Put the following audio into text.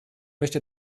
möchte